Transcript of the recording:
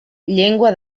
llengua